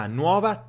nuova